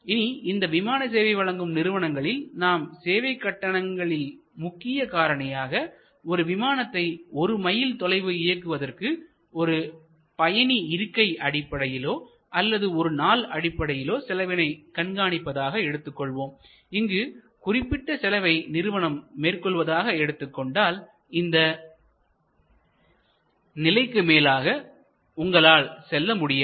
இனி இந்த விமான சேவை வழங்கும் நிறுவனங்களில் நாம் சேவை கட்டணங்களில் முக்கிய காரணியாக ஒரு விமானத்தை ஒரு மைல் தொலைவு இயக்குவதற்கு ஒரு பயணி இருக்கை அடிப்படையிலோ அல்லது ஒரு நாள் அடிப்படையில் செலவினை கண்காணிப்பதாக எடுத்துக் கொள்வோம்இங்கு குறிப்பிடப்பட்டுள்ள செலவை நிறுவனம் மேற்கொள்வதாக எடுத்துக்கொண்டால்இந்த நிலைக்கு மேலாக உங்களால் செல்ல முடியாது